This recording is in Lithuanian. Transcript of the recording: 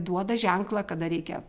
duoda ženklą kada reikia